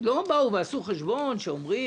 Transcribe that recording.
לא עשו חשבון ואמרו: